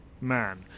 man